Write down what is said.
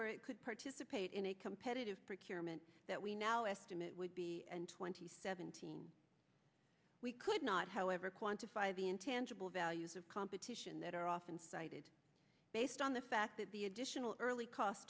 where it could participate in a competitive procurement that we now estimate would be and twenty seventeen we could not however quantify the intangible values of competition that are often cited based on the fact that the additional early cost